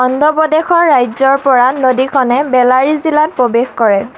অন্ধ্ৰ প্ৰদেশৰ ৰাজ্যৰ পৰা নদীখনে বেলাৰী জিলাত প্ৰৱেশ কৰে